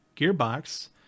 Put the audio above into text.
Gearbox